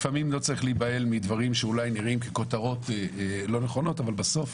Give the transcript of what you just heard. לפעמים לא צריך להיבהל מדברים שאולי נראים ככותרות לא נכונות אבל בסוף